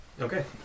Okay